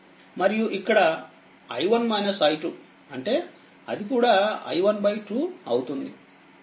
మరియు ఇక్కడ i1 i2 అంటే అది కూడాi12 అవుతుంది